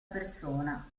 persona